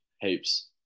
heaps